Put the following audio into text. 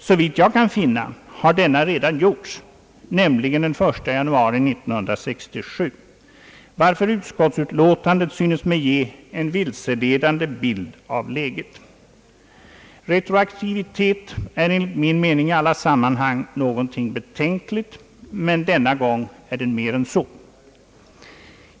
Såvitt jag kan finna har denna redan gjorts, nämligen den 1 januari 1967, varför utskottsutlåtandet synes mig ge en vilseledande bild av läget. Retroaktivitet är enligt min mening någonting i alla sammanhang betänkligt, men denna gång är den mer än så.